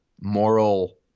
moral